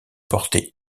portée